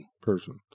person